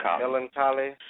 Melancholy